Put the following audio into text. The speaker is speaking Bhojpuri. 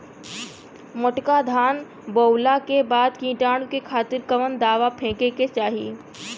मोटका धान बोवला के बाद कीटाणु के खातिर कवन दावा फेके के चाही?